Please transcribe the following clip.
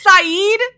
Saeed